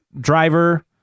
driver